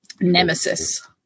Nemesis